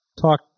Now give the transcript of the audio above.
talk